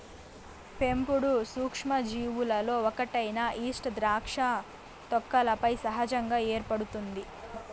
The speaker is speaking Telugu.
పెంపుడు సూక్ష్మజీవులలో ఒకటైన ఈస్ట్ ద్రాక్ష తొక్కలపై సహజంగా ఏర్పడుతుంది